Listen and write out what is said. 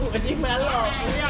achievement unlock